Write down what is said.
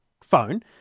phone